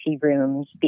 rooms